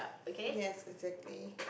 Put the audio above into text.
yes exactly